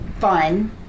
Fun